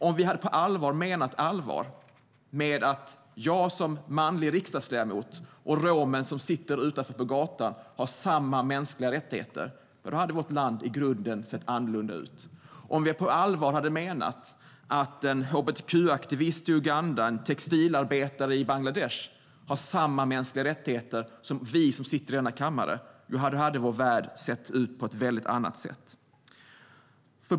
Om vi hade menat allvar med att jag som manlig riksdagsledamot och romen som sitter på gatan här utanför har samma mänskliga rättigheter hade vårt land i grunden sett annorlunda ut. Om vi på allvar hade menat att en hbtq-aktivist i Uganda och en textilarbetare i Bangladesh har samma mänskliga rättigheter som vi som sitter i denna kammare hade vår värld sett ut på ett helt annat sätt.